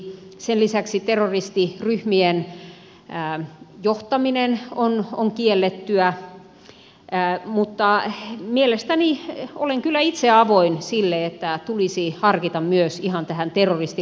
sen lisäksi terroristiryhmien johtaminen on kiellettyä mutta olen kyllä itse avoin sille että tulisi harkita myös ihan tähän ei olisi